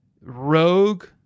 rogue